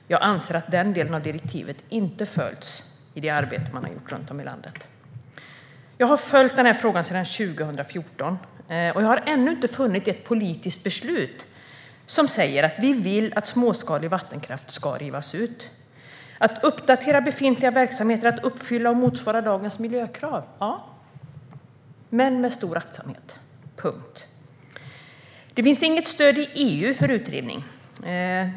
Jag anser att den delen av direktivet inte har följts i det arbete man har gjort runt om i landet. Jag har följt frågan sedan 2014 och har ännu inte funnit ett politiskt beslut som säger att småskalig vattenkraft ska rivas ut. Man ska uppdatera befintliga verksamheter för att uppfylla och motsvara dagens miljökrav, ja, men med stor aktsamhet, punkt. Det finns inget stöd i EU för utrivning.